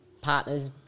partners